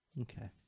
Okay